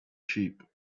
sheep